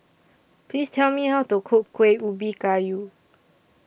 Please Tell Me How to Cook Kuih Ubi Kayu